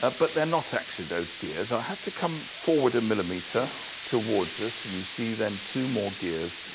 ah but they're not actually those gears. i'll have to come forward a millimeter towards us, and you see, then, two more gears.